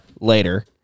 later